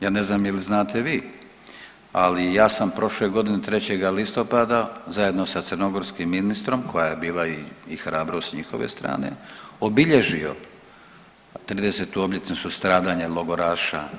Ja ne znam je li znate vi, ali ja sam prošle godine 3. listopada zajedno sa crnogorskim ministrom koja je bila i hrabro s njihove strane obilježio 30 obljetnicu stradanja logoraša.